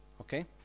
Okay